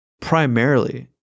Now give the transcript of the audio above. primarily